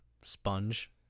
sponge